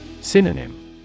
Synonym